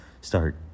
start